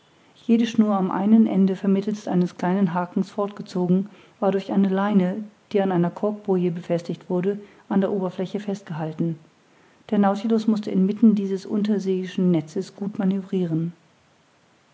jede schnur am einen ende vermittelst eines kleinen hakens fortgezogen war durch eine leine die an einer korkboje befestigt wurde an der oberfläche festgehalten der nautilus mußte inmitten dieses unterseeischen netzes gut manövriren